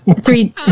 three